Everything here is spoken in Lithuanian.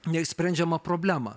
neišsprendžiamą problemą